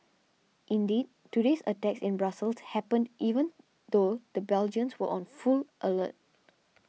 indeed today's attacks in Brussels happened even though the Belgians were on full alert